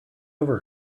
over